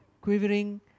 quivering